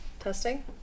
testing